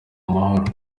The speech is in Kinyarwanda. amahoro